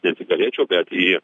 ne cigarečių bet į